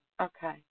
Okay